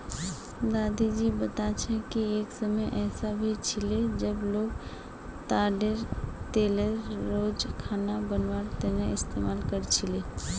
दादी जी बता छे कि एक समय ऐसा भी छिले जब लोग ताडेर तेलेर रोज खाना बनवार तने इस्तमाल कर छीले